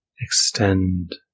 Extend